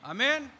Amen